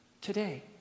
Today